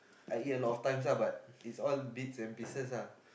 I eat a lot of times ah but it's all bits and pieces ah